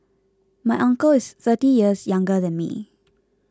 my uncle is thirty years younger than me